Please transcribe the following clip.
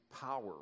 power